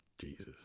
Jesus